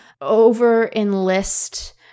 over-enlist